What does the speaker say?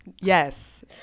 yes